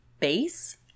Base